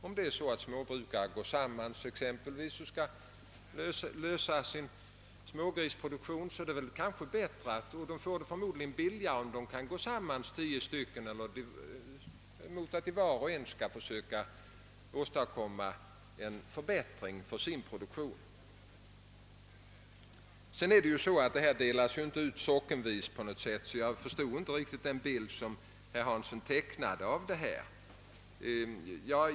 Om exempelvis ett antal småbrukare går samman för att ordna sin smågrisproduktion, blir det förmodligen billigare än om var och en försöker åstadkomma en förbättring av sin produktion. Vidare delas inte dessa pengar ut sockenvis på något sätt, och jag förstod därför inte den bild som herr Hansson i Skegrie tecknade.